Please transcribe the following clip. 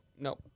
No